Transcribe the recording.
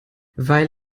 weil